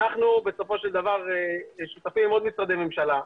אנחנו בסופו של דבר שותפים עם עוד משרדי ממשלה.